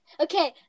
okay